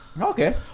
Okay